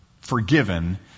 forgiven